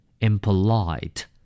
Impolite